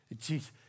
Jesus